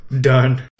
Done